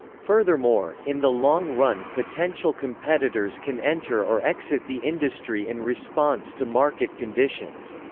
furthermore, in the long-run potential competitors can enter or exit the industry in response to market conditions.